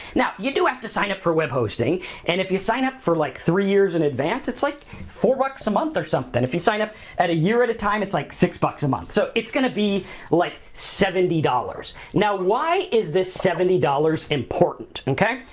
now, you do have to sign up for web hosting and if you sign up for, like, three years in advance it's like four bucks a month or something. if you sign up at a year at at time, it's like six bucks a month. so, it's gonna be like seventy dollars. now, why is this seventy dollars important, okay?